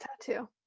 Tattoo